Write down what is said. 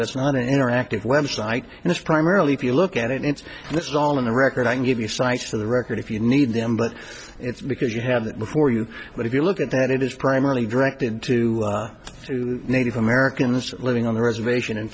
passive it's not an interactive website and it's primarily if you look at it it's it's all in the record i can give you sites for the record if you need them but it's because you have before you but if you look at that it is primarily directed to native americans living on the reservation